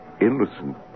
innocent